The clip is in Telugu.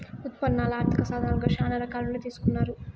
ఉత్పన్నాలు ఆర్థిక సాధనాలుగా శ్యానా రకాల నుండి తీసుకున్నారు